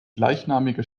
gleichnamige